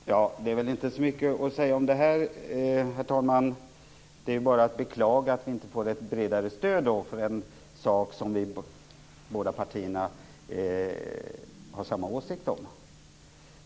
Herr talman! Det är väl inte så mycket att säga om det här. Det är bara att beklaga att vi inte får ett bredare stöd för en sak som våra båda partier har samma åsikt om.